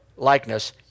likeness